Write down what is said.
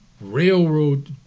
Railroad